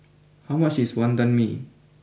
how much is Wantan Mee